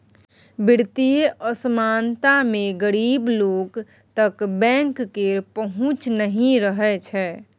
बित्तीय असमानता मे गरीब लोक तक बैंक केर पहुँच नहि रहय छै